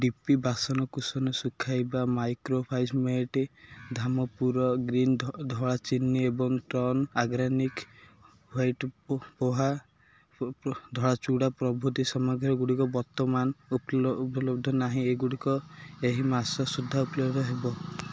D P ବାସନକୁସନ ଶୁଖାଇବା microfibre mat Dhampur ଗ୍ରୀନ୍ର ଧଳା ଚିନି ଏବଂ ଟର୍ନ୍ ଅର୍ଗାନିକ୍ ହ୍ଵାଇଟ୍ ପୋହା ଧଳା ଚୁଡ଼ା ପ୍ରଭୃତି ସାମଗ୍ରୀଗୁଡ଼ିକ ବର୍ତ୍ତମାନ ଉପଲ ଉପଲବ୍ଧ ନାହିଁ ଏଗୁଡ଼ିକ ଏହି ମାସ ସୁଦ୍ଧା ଉପଲବ୍ଧ ହେବ